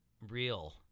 real